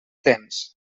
temps